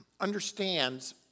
understands